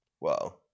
Wow